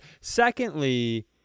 secondly